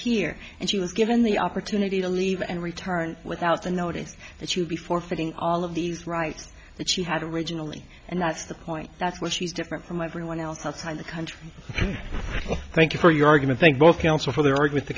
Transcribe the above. here and she was given the opportunity to leave and return without a notice that she'll be forfeiting all of these rights that she had originally and that's the point that's where she's different from everyone else outside the country thank you for your argument thank both counsel for their argue the